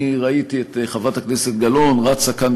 אני ראיתי את חברת הכנסת גלאון רצה כאן,